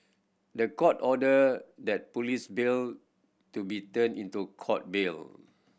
the Court ordered that police bail to be turned into Court bail